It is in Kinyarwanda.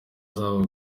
zabo